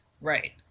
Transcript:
right